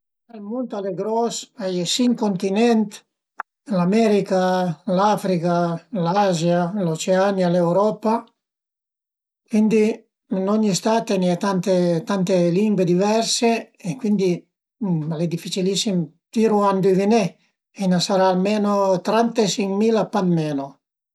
Ël mund al e gros, a ie sinc cuntinent: l'America, l'Africa, l'Azia, l'Oceania e l'Europa, cuindi in ogni stat a ie tante tante lingue diverse e cuindi al e dificilissim. Tiru a induviné, a i ën sarà almeno trantesincmila, pa d'meno